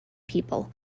people